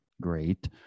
great